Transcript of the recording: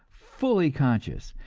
fully conscious,